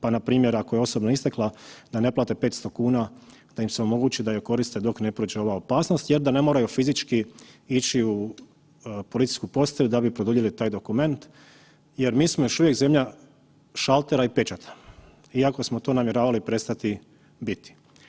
Pa npr. ako je osobna istekla da ne plate 500,00 kn, da im se omogući da je koriste dok ne prođe ova opasnost jer da ne moraju fizički ići u policijsku postaju da bi produljili taj dokument jer mi smo još uvijek zemlja šaltera i pečata iako smo to namjeravali prestati biti.